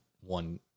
one